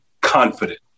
confident